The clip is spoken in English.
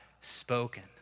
spoken